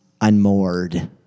unmoored